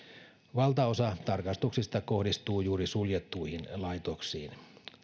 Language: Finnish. valtaosa tarkastuksista kohdistuu juuri suljettuihin laitoksiin